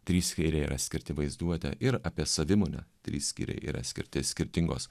trys skyriai yra skirti vaizduotę ir apie savimonę trys skyriai yra skirti skirtingos